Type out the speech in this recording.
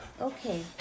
Okay